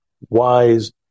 wise